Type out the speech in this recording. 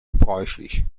gebräuchlich